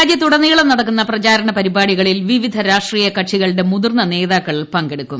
രാജ്യത്തുടനീളം നടക്കുന്ന പ്രചാരണ പരിപാടികളിൽ വിവിധ രാഷ്ട്രീയ കക്ഷികളുടെ മുതിർന്ന നേതാക്കൾ പങ്കെടുക്കും